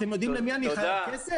אתם יודעים למי אני חייב כסף?